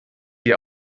dir